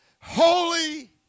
holy